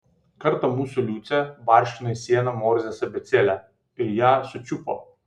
kartą mūsų liucė barškino į sieną morzės abėcėle ir ją sučiupo